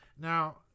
Now